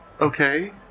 Okay